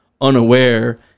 unaware